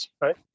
right